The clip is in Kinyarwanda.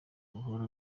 guhora